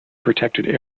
protected